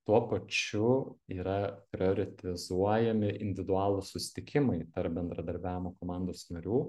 tuo pačiu yra prioritizuojami individualūs susitikimai tarp bendradarbiavimo komandos narių